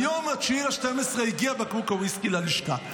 היום, 9 בדצמבר, הגיע בקבוק הוויסקי ללשכה.